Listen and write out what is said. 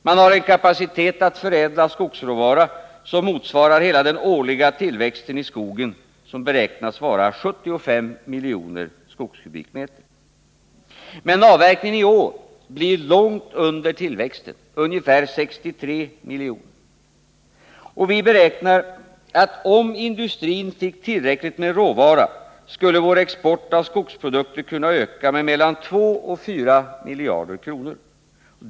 Man har en kapacitet att förädla skogsråvara som motsvarar hela den årliga tillväxten i skogen, vilken beräknas vara 75 miljoner skogskubikmeter. Men avverkningen i år blir långt under tillväxten — ca 63 miljoner kubikmeter. Vi beräknar att om industrin fick tillräckligt med råvara skulle vår export av skogsprodukter kunna öka med mellan 2 och 4 miljarder kronor.